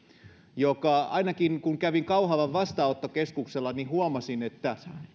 ja ainakin silloin kun kävin kauhavan vastaanottokeskuksella huomasin että